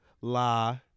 la